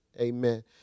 Amen